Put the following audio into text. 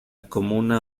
comuna